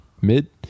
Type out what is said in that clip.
mid